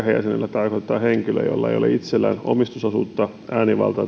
tarkoitetaan henkilöä jolla ei ole itsellään omistusosuutta äänivaltaa